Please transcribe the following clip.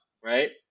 Right